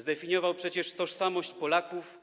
Zdefiniował przecież tożsamość Polaków,